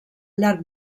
llarg